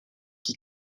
qui